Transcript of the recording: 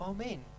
Amen